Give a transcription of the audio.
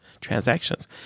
Transactions